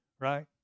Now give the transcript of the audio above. right